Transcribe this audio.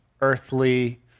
earthly